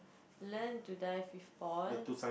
learn to dive free fall